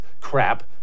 crap